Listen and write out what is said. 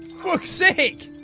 fuck sake!